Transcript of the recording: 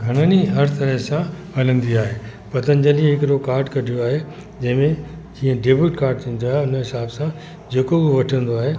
घणनि ई हर तरह सां हलंदी आहे पतंजलि हिकिड़ो कार्ड कढियो आहे जंहिंमें जीअं डेबिट कार्ड थींदो आहे उन हिसाब सां जेको उहो वठंदो आहे